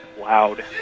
loud